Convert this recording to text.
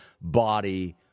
body